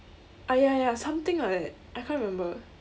ah ya ya ya something like that I can't remember